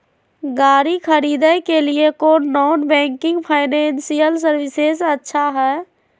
गाड़ी खरीदे के लिए कौन नॉन बैंकिंग फाइनेंशियल सर्विसेज अच्छा है?